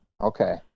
Okay